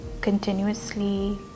continuously